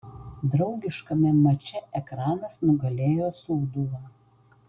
draugiškame mače ekranas nugalėjo sūduvą